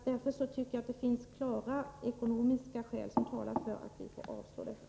Därför tycker jag att det finns klara ekonomiska skäl som talar för att vi får avstå från det.